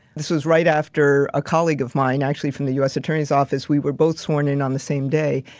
this was right after a colleague of mine, actually, from the us attorney's office, we were both sworn in on the same day.